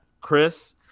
chris